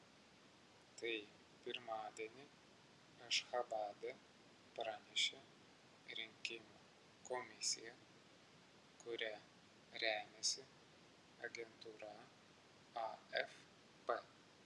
tai pirmadienį ašchabade pranešė rinkimų komisija kuria remiasi agentūra afp